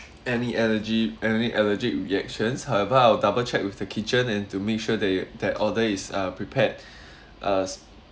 any allergy any allergic reactions however I'll double check with the kitchen and to make sure that you that order is uh prepared uh